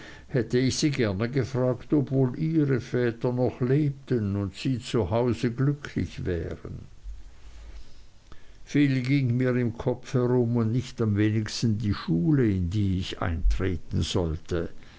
hätte ich sie gern gefragt ob wohl ihre väter noch lebten und sie zu hause glücklich wären viel ging mir im kopf herum und nicht am wenigsten die schule in die ich eintreten sollte